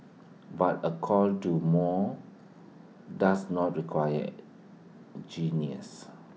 but A call do more does not require genius